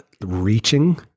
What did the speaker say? reaching